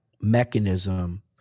mechanism